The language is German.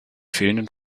fehlenden